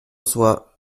soit